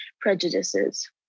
prejudices